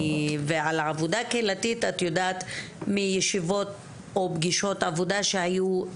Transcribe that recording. ועל העבודה הקהילתית את יודעת מישיבות או פגישות עבודה שהיו,